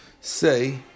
say